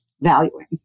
valuing